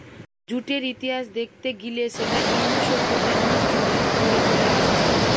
জুটের ইতিহাস দেখতে গিলে সেটা ইন্দু সভ্যতা নু যুগ যুগ ধরে চলে আসছে